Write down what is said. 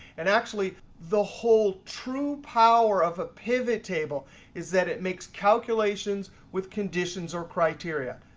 and actually, the whole true power of a pivot table is that it makes calculations with conditions or criteria.